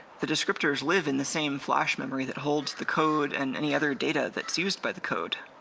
the descriptors live in the same flash memory that holds the code and any other data that's used by the code.